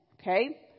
Okay